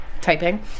typing